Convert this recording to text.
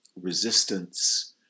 resistance